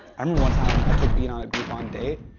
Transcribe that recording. um one time i took beena on a groupon date.